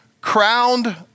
crowned